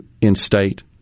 instate